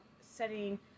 setting